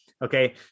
Okay